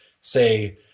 say